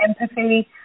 empathy